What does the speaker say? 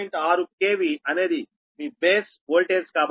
6 KV అనేది మీ base voltage కాబట్టి